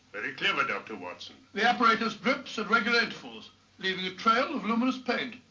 very clever, dr. watson. the apparatus drips at regular intervals leaving a trail of luminous paint.